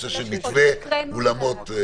נושא מתווה האולמות.